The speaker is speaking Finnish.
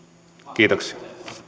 kiitoksia